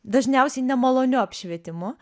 dažniausiai nemaloniu apšvietimu